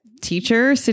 teacher